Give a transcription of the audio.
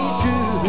true